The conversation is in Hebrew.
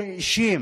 הוא האשים